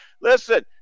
Listen